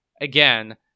again